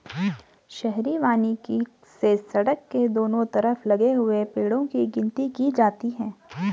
शहरी वानिकी से सड़क के दोनों तरफ लगे हुए पेड़ो की गिनती की जाती है